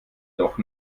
doch